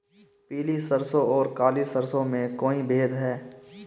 पीली सरसों और काली सरसों में कोई भेद है?